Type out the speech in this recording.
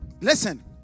Listen